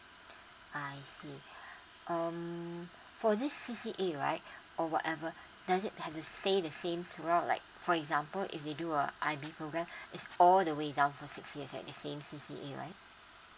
I see um for this C_C_A right or whatever does it have to stay the same throughout like for example if they do a I_B program it's all the way down for six year like the same C_C_A right